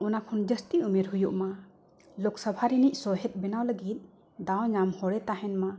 ᱚᱱᱟ ᱠᱷᱚᱱ ᱡᱟᱹᱥᱛᱤ ᱩᱢᱮᱹᱨ ᱦᱩᱭᱩᱜ ᱢᱟ ᱞᱳᱠᱥᱚᱵᱷᱟ ᱨᱤᱱᱤᱡ ᱥᱚᱦᱮᱫ ᱵᱮᱱᱟᱣ ᱞᱟᱹᱜᱤᱫ ᱫᱟᱣ ᱧᱟᱢ ᱦᱚᱲᱮ ᱛᱟᱦᱮᱱ ᱢᱟ